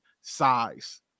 Size